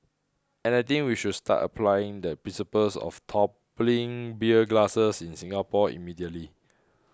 and I think we should start applying the principles of toppling beer glass in Singapore immediately